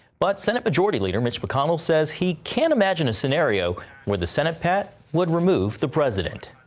but senate majority leader mitch mcconnell says he can't imagine a scenario where the senate, pat would remove the president